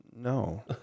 No